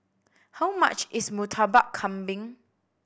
how much is Murtabak Kambing